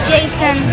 Jason